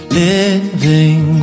living